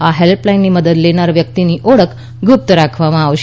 આ હેલ્પલાઇનની મદદ લેનાર વ્યકિતની ઓળખ ગુપ્ત રાખવામાં આવશે